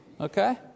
Okay